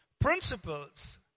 Principles